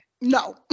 No